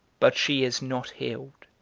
but she is not healed.